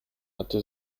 hatte